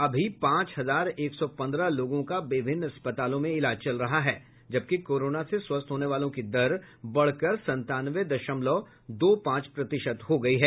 अभी पांच हजार एक सौ पन्द्रह लोगों का विभिन्न अस्पतालों में इलाज चल रहा है जबकि कोरोना से स्वस्थ होने वालों की दर बढ़ कर संतानवे दशमलव दो पांच प्रतिशत हो गयी है